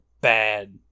bad